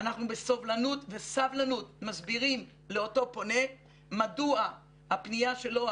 אנחנו בסובלנות וסבלנות מסבירים לאותו פונה מדוע הפניה שלו,